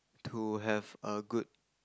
to have a good